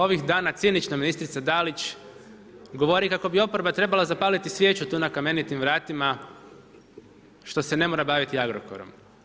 Ovih dana cinično ministrica Dalić govori kako bi oporba trebala zapaliti svijeću tu na Kamenitim vratima što se ne mora baviti Agrokorom.